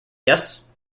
yes